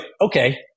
Okay